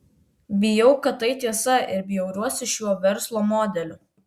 bijau kad tai tiesa ir bjauriuosi šiuo verslo modeliu